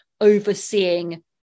overseeing